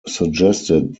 suggested